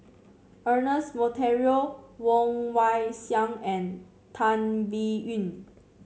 Ernest Monteiro Woon Wah Siang and Tan Biyun